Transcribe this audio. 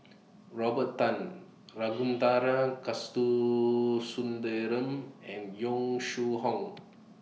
Robert Tan Ragunathar Kanagasuntheram and Yong Shu Hoong